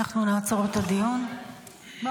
(הישיבה נפסקה בשעה 18:23 ונתחדשה